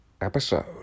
episode